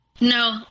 No